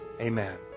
amen